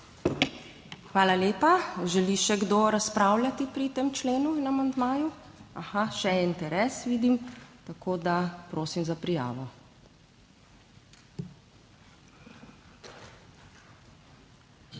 Hvala lepa. Želi še kdo razpravljati pri tem členu in amandmaju? Aha, še interes vidim, tako da prosim za prijavo.